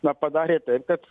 na padarė taip kad